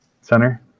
center